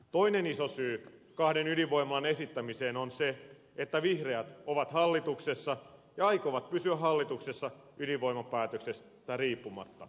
toinen iso syy kahden ydinvoimalan esittämiselle on se että vihreät ovat hallituksessa ja aikovat pysyä hallituksessa ydinvoimapäätöksestä riippumatta